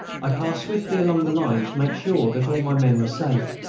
i passed swiftly along the line to make sure that all my men were safe.